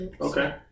Okay